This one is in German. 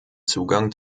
zugang